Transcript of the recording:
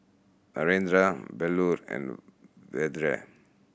Narendra Bellur and Vedre